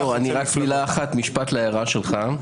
כבוד היושב-ראש, רק משפט להערה שלך.